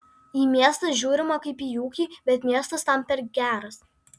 į miestą žiūrima kaip į ūkį bet miestas tam per geras